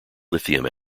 lithium